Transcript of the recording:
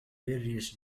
various